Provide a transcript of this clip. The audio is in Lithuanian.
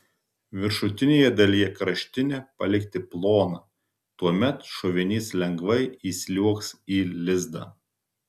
viršutinėje dalyje kraštinę palikti ploną tuomet šovinys lengvai įsliuogs į lizdą